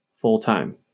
full-time